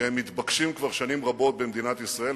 שמתבקשים כבר שנים רבות במדינת ישראל,